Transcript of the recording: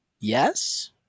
yes